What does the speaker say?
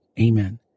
Amen